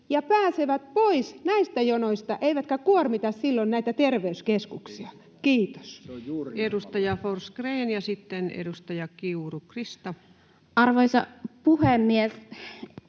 ja pääsevät pois näistä jonoista eivätkä kuormita silloin näitä terveyskeskuksia? — Kiitos. Edustaja Forsgrén, ja sitten edustaja Kiuru, Krista. Arvoisa puhemies!